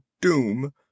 doom